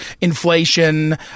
inflation